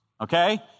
okay